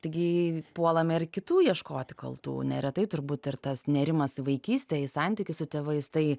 taigi puolame ir kitų ieškoti kaltų neretai turbūt ir tas nėrimas į vaikystę į santykius su tėvais tai